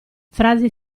frasi